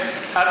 אמר.